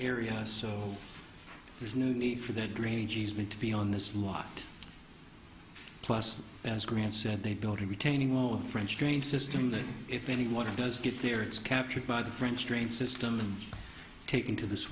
area so there's no need for that drainage easement to be on this lot plus as grant said they built a retaining wall a french drain system that if anyone does get there it's captured by the french train system and taken to this